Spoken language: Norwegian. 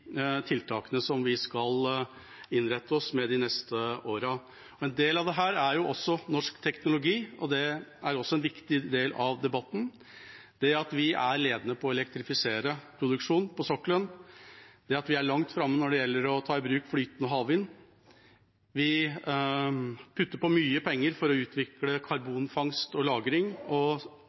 tiltakene som vi skal innrette oss etter de neste årene. En del av dette er norsk teknologi, og det er også en viktig del av debatten – det at vi er ledende på å elektrifisere produksjonen på sokkelen, det at vi er langt framme når det gjelder å ta i bruk flytende havvind, vi putter på mye penger for å utvikle karbonfangst og -lagring og